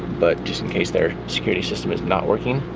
but just in case their security system is not working,